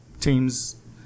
teams